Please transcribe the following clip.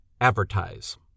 advertise